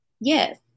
Yes